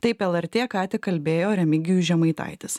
taip lrt ką tik kalbėjo remigijus žemaitaitis